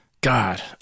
god